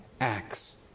acts